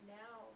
now